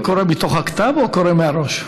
אדוני קורא מתוך הכתב או קורא מהראש?